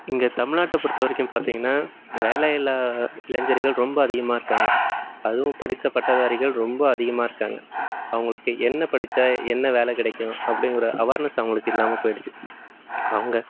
இங்கே தமிழ்நாட்டை பொறுத்த வரைக்கும் பார்த்தீங்கன்னா வேலை இல்லா இளைஞர்கள் ரொம்ப அதிகமாக இருக்காங்க அதுவும் படித்த பட்டதாரிகள் ரொம்ப அதிகமாக இருக்காங்க அவங்களுக்கு என்ன படிச்சால் என்ன வேலை கிடைக்கும் அப்படிங்கிற அவேர்னஸ் அவங்களுக்கு இல்லாமல் போயிடுச்சு அவங்க